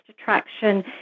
attraction